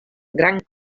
gran